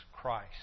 Christ